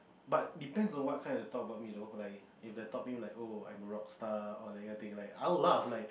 but depends on what kind they talk about me though like if they talk me like oh I'm a rock star or like I think like I will laugh like